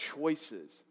choices